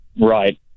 Right